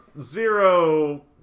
zero